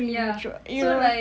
ya so like